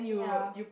ya